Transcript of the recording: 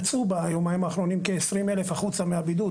יצאו ביומיים האחרונים כ-20,000 החוצה מהבידוד,